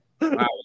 Wow